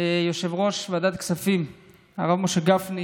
ליושב-ראש ועדת הכספים הרב משה גפני